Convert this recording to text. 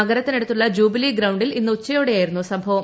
നഗരത്തിനടുത്തുളള jubilee ഗ്രൌണ്ടിൽ ഇന്ന് ഉച്ചയോടെയായിരുന്നു സംഭവം